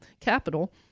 capital